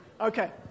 okay